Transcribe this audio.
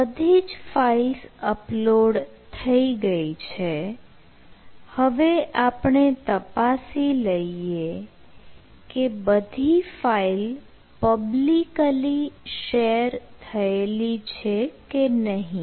બધી files upload થઈ ગઈ છે હવે આપણે તપાસી લઈએ કે બધી ફાઈલ પબ્લિકલી શેર થયેલી છે કે નહીં